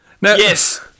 yes